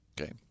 Okay